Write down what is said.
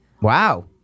Wow